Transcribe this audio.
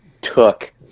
took